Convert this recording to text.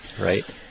right